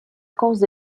cause